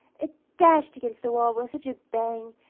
it dashed against the wall with such a bang,